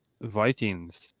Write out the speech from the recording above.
Vikings